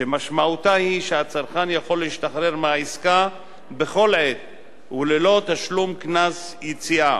ומשמעותה היא שהצרכן יכול להשתחרר מהעסקה בכל עת וללא תשלום קנס יציאה.